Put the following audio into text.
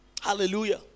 Hallelujah